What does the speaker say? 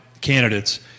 candidates